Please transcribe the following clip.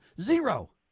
Zero